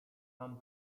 mam